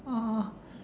oh